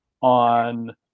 on